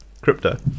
crypto